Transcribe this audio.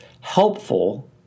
helpful